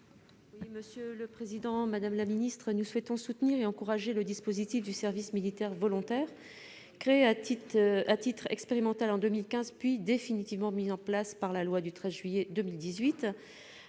: La parole est à Mme Sabine Van Heghe. Nous souhaitons soutenir et encourager le dispositif du service militaire volontaire, créé à titre expérimental en 2015, puis définitivement mis en place par la loi du 13 juillet 2018.